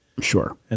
Sure